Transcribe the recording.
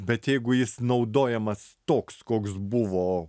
bet jeigu jis naudojamas toks koks buvo